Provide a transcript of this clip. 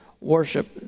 worship